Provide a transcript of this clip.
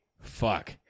fuck